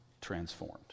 transformed